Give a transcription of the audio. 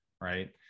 right